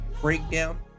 breakdown